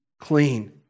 clean